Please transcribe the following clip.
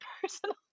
personal